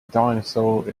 dinosaur